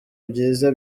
byiza